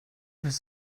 was